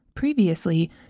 Previously